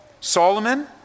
Solomon